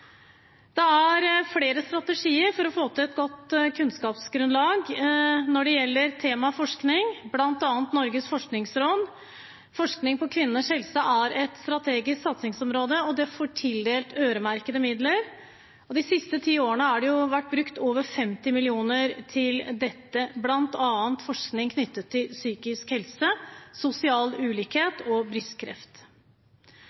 Det er flere strategier for å få til et godt kunnskapsgrunnlag når det gjelder temaet forskning, bl.a. Norges forskningsråd. Forskning på kvinners helse er et strategisk satsingsområde, og det får tildelt øremerkede midler. De siste ti årene har det vært brukt over 50 mill. kr til dette, bl.a. på forskning knyttet til psykisk helse, sosial ulikhet og